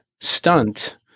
stunt